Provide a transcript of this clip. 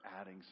adding